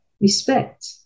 respect